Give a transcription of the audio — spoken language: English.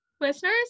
Listeners